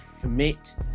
commit